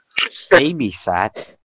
Babysat